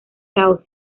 caos